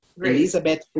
elizabeth